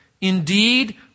indeed